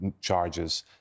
charges